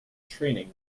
training